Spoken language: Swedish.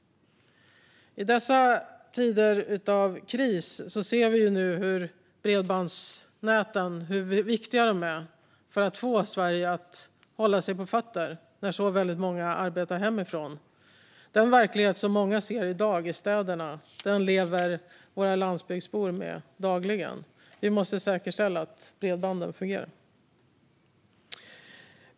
I dessa tider av kris ser vi hur viktiga bredbandsnäten är för att Sverige ska hålla sig på fötter när väldigt många arbetar hemifrån. Den verklighet som många i städerna nu ser lever våra landsbygdsbor med dagligen. Vi måste säkerställa att bredbanden fungerar.